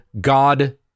God